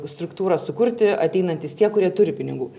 struktūrą sukurti ateinantys tie kurie turi pinigų